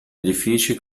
edifici